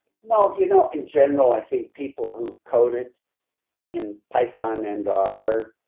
well, you know, in general, i think people who've coded in python and are